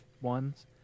ones